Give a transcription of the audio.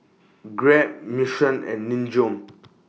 Grab Mission and Nin Jiom